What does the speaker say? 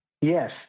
Yes